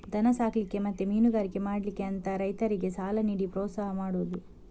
ದನ ಸಾಕ್ಲಿಕ್ಕೆ ಮತ್ತೆ ಮೀನುಗಾರಿಕೆ ಮಾಡ್ಲಿಕ್ಕೆ ಅಂತ ರೈತರಿಗೆ ಸಾಲ ನೀಡಿ ಪ್ರೋತ್ಸಾಹ ಮಾಡುದು